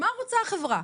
מה רוצה החברה?